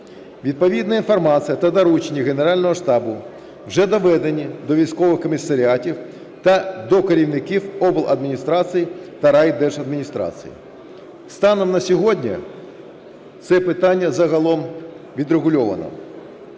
Відповідна інформація та доручення Генерального штабу вже доведені до військових комісаріатів та до керівників обладміністрації та райдержадміністрації. Станом на сьогодні це питання загалом відрегульовано.